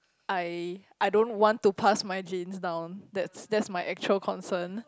I I don't want to pass my genes down that's that's my actual concern